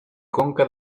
conca